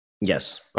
Yes